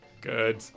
Good